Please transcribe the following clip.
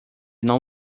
não